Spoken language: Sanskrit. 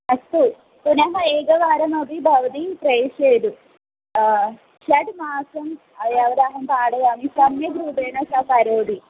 अस्तु पुनः एकवारमपि भवती प्रेषयतु षड्मासं यावदहं पाठयामि सम्यक् रूपेण सा करोति